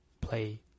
play